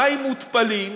מים מותפלים,